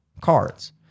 cards